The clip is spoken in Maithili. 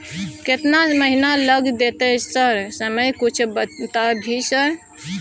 केतना महीना लग देतै सर समय कुछ बता भी सर?